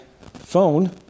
phone